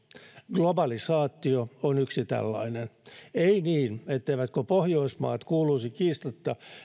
globalisaatio on yksi tällainen ei niin etteivätkö pohjoismaat kuuluisi kiistatta